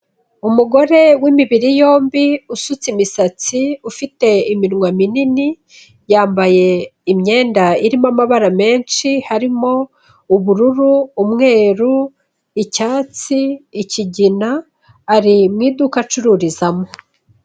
Umugore w'imibiri yombi usutse imisatsi ufite iminwa minini, yambaye imyenda irimo amabara menshi, harimo ubururu, umweru, icyatsi, ikigina, ari mu iduka acururizamo.